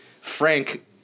Frank